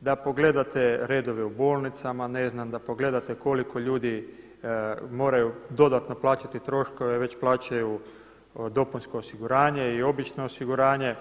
da pogledate redove u bolnicama, da pogledate koliko ljudi moraju dodatno plaćati troškove već plaćaju dopunsko osiguranje i obično osiguranje.